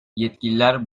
yetkililer